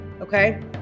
okay